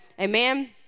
Amen